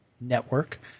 network